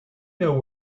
know